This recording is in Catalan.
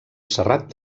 serrat